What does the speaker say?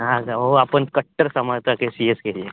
हां का हो आपण कट्टर समर्थक आहे सी एस केचे